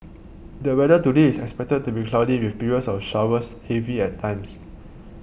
the weather today is expected to be cloudy with periods of showers heavy at times